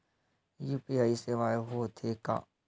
UPI सेवाएं हो थे का?